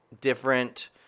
different